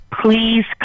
please